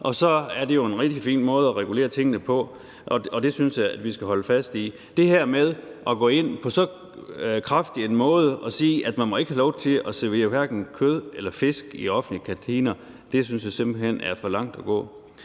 og så er det en rigtig fin måde at regulere tingene på. Og det synes jeg at vi skal holde fast i. Det her med at gå ind på så kraftig en måde og sige, at man ikke må have lov til at servere hverken kød eller fisk i offentlige kantiner, synes jeg simpelt hen er for langt at gå.